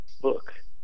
book